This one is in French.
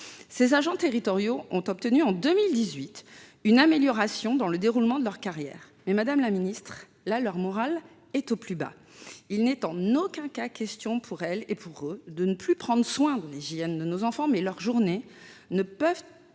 Ces agents territoriaux ont obtenu en 2018 une amélioration dans le déroulement de leur carrière, mais là, madame la secrétaire d’État, leur moral est au plus bas. Il n’est en aucun cas question pour elles et pour eux de ne plus prendre soin de l’hygiène de nos enfants, mais leurs journées ne peuvent